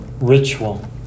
Ritual